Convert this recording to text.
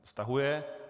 Stahuje.